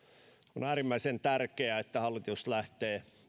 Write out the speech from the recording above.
on äärimmäisen tärkeää että hallitus lähtee